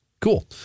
Cool